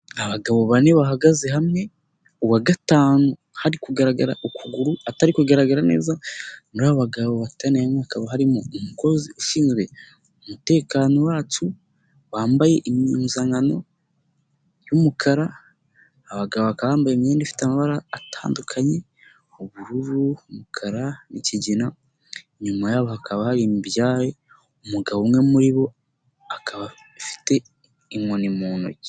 Abagabo bane bahagaze hamwe, uwa gatanu hari kugaragara ukuguru atari kugaragara neza, muri bagabo batoniye hakaba harimo umukozi ushinzwe umutekano wacu wambaye impuzankano y'umukara, abagabo bambaye imyenda ifite amabara atandukanye ubururu, umukara n'kigina, inyuma hakaba hari ibyari umugabo umwe muri bo akaba afite inkoni mu ntoki.